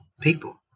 people